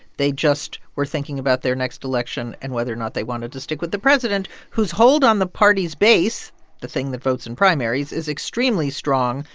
they just were thinking about their next election and whether or not they wanted to stick with the president, whose hold on the party's base the thing that votes in primaries is extremely strong.